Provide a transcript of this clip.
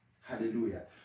Hallelujah